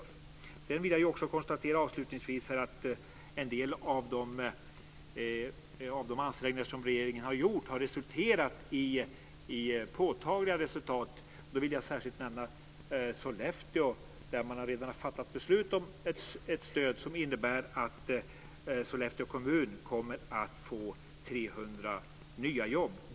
Avslutningsvis vill jag också konstatera att en del av de ansträngningar som regeringen har gjort har givit påtagliga resultat. Då vill jag särskilt nämna Sollefteå, där man redan har fattat beslut om ett stöd som innebär att Sollefteå kommun får 300 nya jobb.